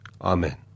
Amen